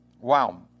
Wow